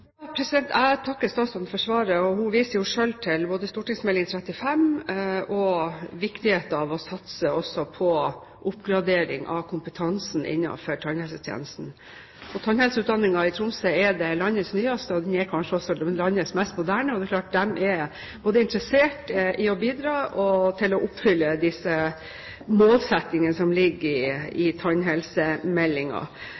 Jeg takker statsråden for svaret. Hun viser selv både til St.meld. nr. 35 for 2006–2007 og viktigheten av å satse også på oppgradering av kompetansen innenfor tannhelsetjenesten. Tannhelseutdanningen i Tromsø er landets nyeste, og den er kanskje også landets mest moderne. Det er klart at de er både interessert i å bidra og i å oppfylle målsettingene som ligger i